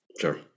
Sure